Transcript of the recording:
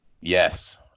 yes